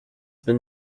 been